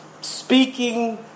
speaking